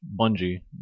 bungie